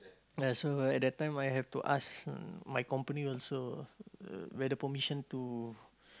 ya so at that time I had to ask my company also whether permission to